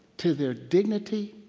to their dignity,